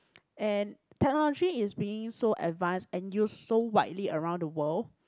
and technology is being so advanced and use so widely around the world